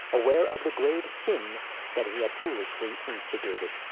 aware of the grave sin that he had foolishly instigated.